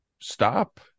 stop